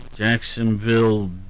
Jacksonville